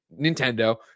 Nintendo